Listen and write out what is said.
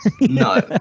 no